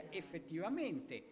effettivamente